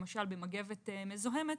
למשל במגבת מזוהמת,